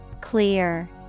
Clear